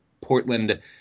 Portland